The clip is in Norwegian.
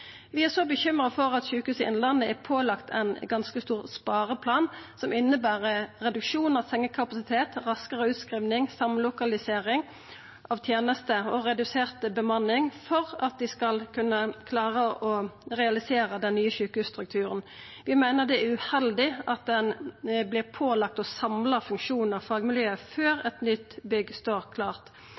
bekymra for at Sjukehuset Innlandet er pålagt ein ganske stor spareplan som inneber reduksjon av sengekapasitet, raskare utskriving, samlokalisering av tenester og redusert bemanning for at dei skal kunna klara å realisera den nye sjukehusstrukturen. Vi meiner det er uheldig at ein vert pålagd å samla funksjon og fagmiljø før eit nytt bygg står klart.